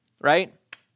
right